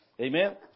Amen